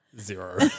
zero